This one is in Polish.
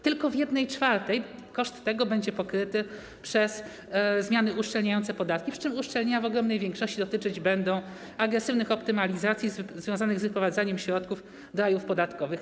Tylko w 1/4 koszt tego będzie pokryty przez zmiany uszczelniające podatki, przy czym uszczelnienia w ogromnej większości dotyczyć będą agresywnych optymalizacji związanych z wyprowadzaniem środków do rajów podatkowych.